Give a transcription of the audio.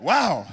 Wow